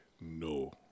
no